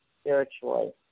spiritually